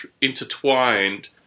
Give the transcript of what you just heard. intertwined